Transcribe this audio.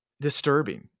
disturbing